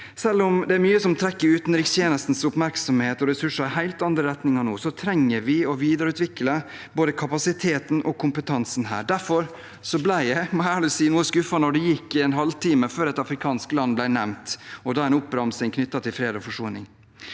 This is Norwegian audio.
Selv om det er mye som trekker utenrikstjenestens oppmerksomhet og ressurser i helt andre retninger nå, trenger vi å videreutvikle både kapasiteten og kompetansen. Derfor ble jeg – det må jeg ærlig si – noe skuffet når det gikk en halvtime før et afrikansk land ble nevnt, og da en oppramsing knyttet til fred og forsoning.